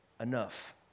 enough